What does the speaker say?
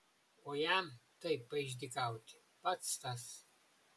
o jam taip paišdykauti pats tas